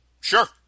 Sure